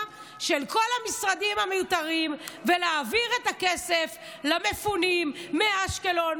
של כל המשרדים המיותרים ולהעביר את הכסף למפונים מאשקלון,